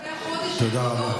תודה רבה.